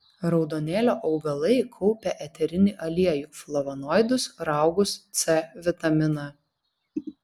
raudonėlio augalai kaupia eterinį aliejų flavonoidus raugus c vitaminą